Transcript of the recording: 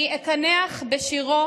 אני אקנח בשירו